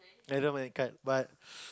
I don't mind a card but